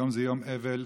היום זה יום אבל,